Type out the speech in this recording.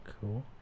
Cool